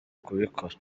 kubikora